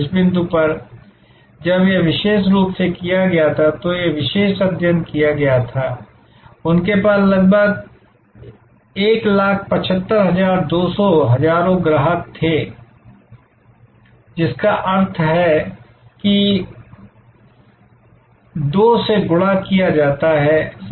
इस बिंदु पर जब यह विशेष रूप से किया गया था तो यह विशेष अध्ययन किया गया था उनके पास लगभग 175 200 हजारों ग्राहक थे जिसका अर्थ है कि 2 से गुणा किया जाता है